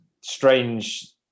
strange